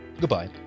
goodbye